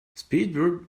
speedbird